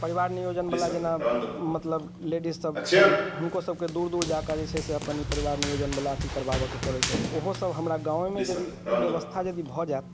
परिवार नियोजन बला जेना मतलब लेडीज सब छथि हुनको सबके दूर दूर जाकऽ जे छै से अपन परिवार नियोजन बला अथी करबाबेके पड़ैत छनि ओहो सब हमरा गाँवेमे यदि ई व्यवस्था यदि भऽ जायत